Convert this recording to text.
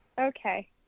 okay